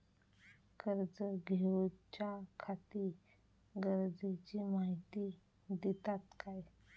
कर्ज घेऊच्याखाती गरजेची माहिती दितात काय?